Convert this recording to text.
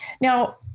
Now